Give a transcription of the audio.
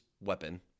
weapon